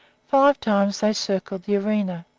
five times they circled the arena,